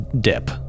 Dip